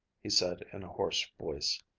he said in a hoarse voice.